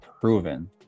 proven